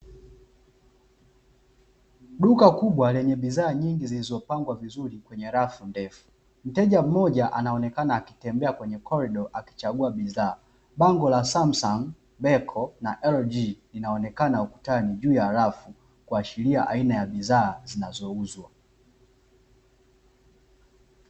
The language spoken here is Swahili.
Duka kubwa lenye bidhaa nyingi zilizopangwa vizuri kwenye rafu ndefu, mteja mmoja anaonekana akitembea kwenye kordo akichagua bidhaa, bango la "Samsung", "berko" na "LG" linaonekana ukutani juu ya rafu kuashiria aina ya bidhaa zinazouzwa.